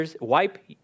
wipe